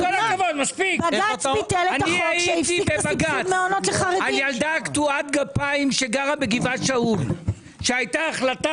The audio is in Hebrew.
הייתי בבג"ץ על ילדה קטועת גפיים שגרה בגבעת שאול שהייתה החלטה